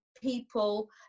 people